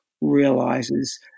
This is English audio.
realizes